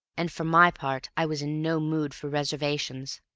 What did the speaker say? and for my part i was in no mood for reservations.